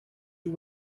you